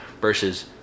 versus